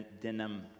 denim